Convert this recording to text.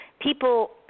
people